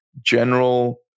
general